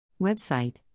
Website